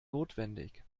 notwendig